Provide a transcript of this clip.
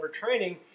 overtraining